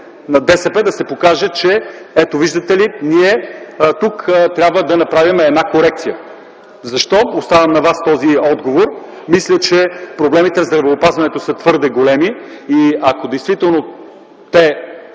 на ДСБ да се покаже, че – ето, виждате ли, ние тук трябва да направим една корекция. Защо? – Оставям на вас този отговор. Мисля, че проблемите в здравеопазването са твърде големи и ако действително те